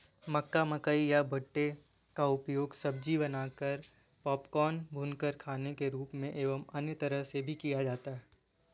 मक्का, मकई या भुट्टे का उपयोग सब्जी बनाकर, पॉपकॉर्न, भूनकर खाने के रूप में एवं अन्य तरह से भी किया जाता है